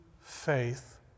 faith